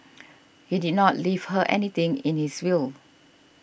he did not leave her anything in his will